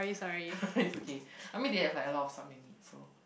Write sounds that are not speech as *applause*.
*laughs* it's okay I mean they have like a lot of sub units so